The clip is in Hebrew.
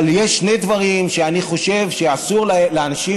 אבל יש שני דברים שבגללם אני חושב שאסור לאנשים